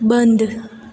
બંધ